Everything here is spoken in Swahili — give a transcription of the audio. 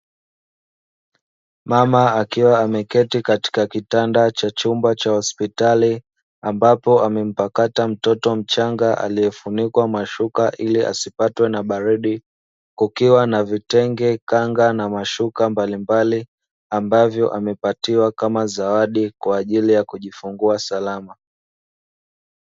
Mama akiwa ameketi katika kitanda cha chumba cha hospitali ambapo amempakata mtoto mchanga aliyefunikwa mashuka ili asipatwe na baridi, kukiwa na vitenge, kanga na mashuka mbalimbali ambavyo amepatiwa kama zawadi kwa ajili ya kujifungua salama.